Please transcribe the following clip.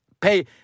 pay